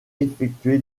effectué